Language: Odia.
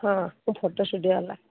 ହଁ ମୁଁ ଫଟୋ ଷ୍ଟୁଡ଼ିଓବାଲା